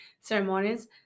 ceremonies